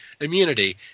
immunity